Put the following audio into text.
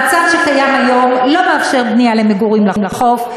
המצב שקיים היום לא מאפשר בנייה למגורים בחוף.